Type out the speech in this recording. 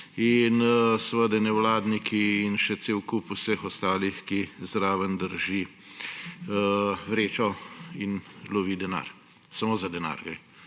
in seveda nevladniki in še cel kup vseh ostalih, ki zraven drži vrečo in lovi denar. Samo za denar